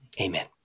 Amen